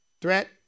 threat